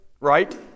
right